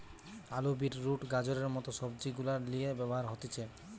আলু, beetroot, গাজরের মত সবজি গুলার লিয়ে ব্যবহার হতিছে